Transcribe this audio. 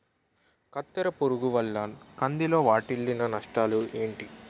కత్తెర పురుగు వల్ల కంది లో వాటిల్ల నష్టాలు ఏంటి